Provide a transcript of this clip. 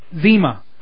Zima